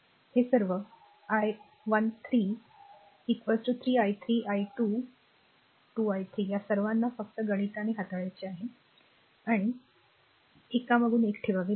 हे सर्व i 1 3 3 i 3 i2 2 i 3 या सर्वांना फक्त गणिताने हाताळायचे आहे आणि ठेवले तर एकामागून एक ठेवावे लागेल